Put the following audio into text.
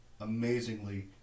amazingly